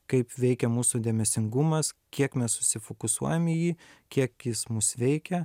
kaip veikia mūsų dėmesingumas kiek mes susifokusuojam į jį kiek jis mus veikia